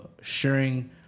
sharing